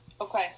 Okay